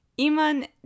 Iman